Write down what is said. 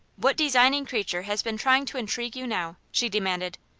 what designing creature has been trying to intrigue you now? she demanded.